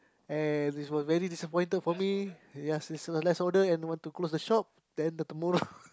and this was very disappointed for me yes it's the last order and want to close the shop then the tomorrow